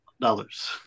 dollars